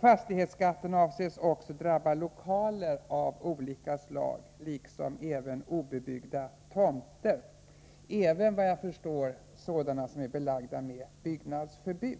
Fastighetsskatten avses också drabba lokaler av olika slag liksom obebyggda tomter, även vad jag kan förstå sådana som är belagda med byggnadsförbud.